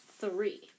three